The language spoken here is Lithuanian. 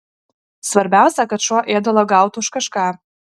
svarbiausia kad šuo ėdalo gautų už kažką